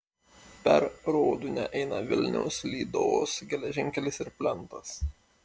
per rodūnią eina vilniaus lydos geležinkelis ir plentas